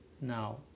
now